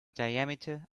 diameter